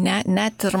ne net ir